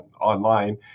online